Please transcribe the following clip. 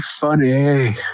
funny